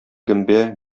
гөмбә